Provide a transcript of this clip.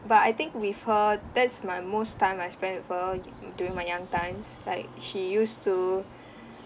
but I think with her that's my most time I spend with her du~ during my young times like she used to